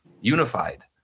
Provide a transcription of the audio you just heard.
unified